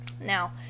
Now